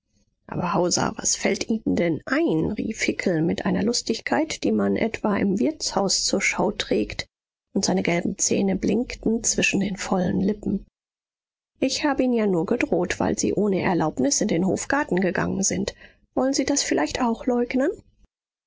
aber hauser was fällt ihnen denn ein rief hickel mit einer lustigkeit die man etwa im wirtshaus zur schau trägt und seine gelben zähne blinkten zwischen den vollen lippen ich hab ihnen ja nur gedroht weil sie ohne erlaubnis in den hofgarten gegangen sind wollen sie das vielleicht auch leugnen